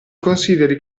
consideri